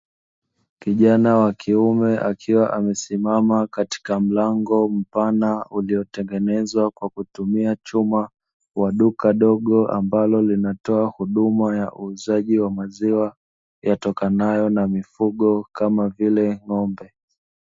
Kijana wa kiume akiwa amasimama Katika mlango mpana uliotengenezwa kwa chuma ni mfano wa duka dogo ambalo linatoa huduma ya uuzaji wa maziwa yatokanayo na mifugo kama vile; ng'ombe.